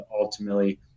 ultimately